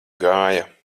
gāja